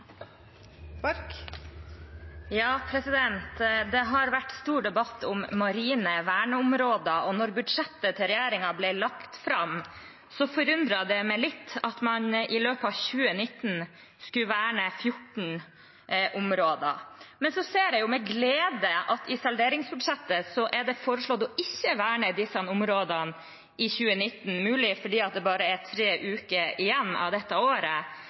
Det har vært stor debatt om marine verneområder, og da budsjettet til regjeringen ble lagt fram, forundret det meg litt at man i løpet av 2019 skulle verne 14 områder. Men så ser jeg med glede at det i salderingsbudsjettet er foreslått å ikke verne disse områdene i 2019, muligens fordi det bare er tre uker igjen av dette året.